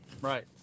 Right